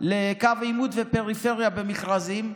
לקו עימות ופריפריה במכרזים,